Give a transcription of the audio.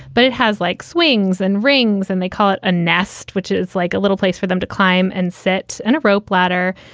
but it has like swings and rings. and they call it a nest, which is like a little place for them to climb and set and a rope ladder.